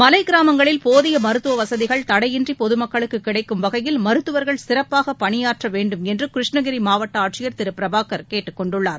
மலை கிராமங்களில் போதிய மருத்துவ வசதிகள் தடையின்றி பொதுமக்களுக்கு கிடைக்கும் வகையில் மருத்துவர்கள் சிறப்பாக பணினுயாற்ற வேண்டுமென்று கிருஷ்ணகிரி மாவட்ட ஆட்சியர் திரு பிரபாகர் கேட்டுக் கொண்டுள்ளார்